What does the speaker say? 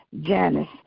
Janice